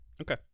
Okay